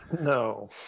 No